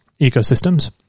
ecosystems